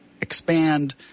Expand